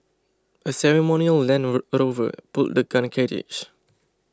a ceremonial Land a Rover pulled the gun carriage